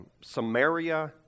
Samaria